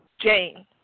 Jane